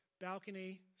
balcony